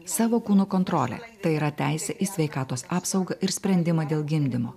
savo kūno kontrolė tai yra teisė į sveikatos apsaugą ir sprendimą dėl gimdymo